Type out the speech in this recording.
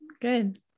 good